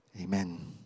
Amen